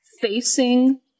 facing